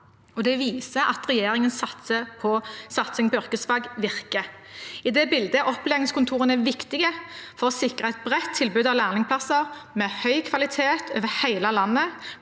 det viser at regjeringens satsing på yrkesfag virker. I det bildet er opplæringskontorene viktige for å sikre et bredt tilbud av lærlingplasser med høy kvalitet over hele landet,